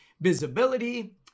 visibility